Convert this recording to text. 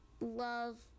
love